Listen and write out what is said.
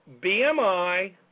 BMI